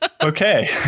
okay